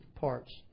parts